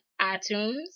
iTunes